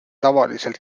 tavaliselt